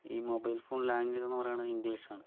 ഈ mobile phone language എന്ന് പറയുന്നത് ഇംഗ്ലീഷ് ആണ്